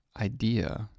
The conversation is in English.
idea